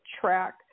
track